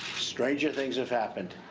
stranger things have happened.